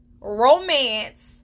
Romance